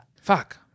Fuck